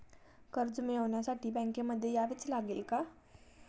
कर्ज मिळवण्यासाठी बँकेमध्ये यावेच लागेल का?